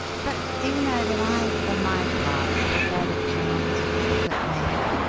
but do you know that i, for my part, prefer the charms of chocolate maid?